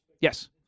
Yes